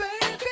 baby